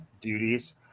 duties